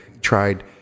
tried